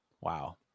Wow